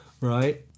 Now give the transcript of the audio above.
Right